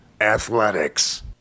Athletics